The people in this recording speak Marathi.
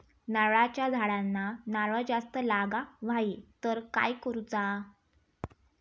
नारळाच्या झाडांना नारळ जास्त लागा व्हाये तर काय करूचा?